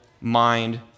mind